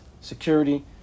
security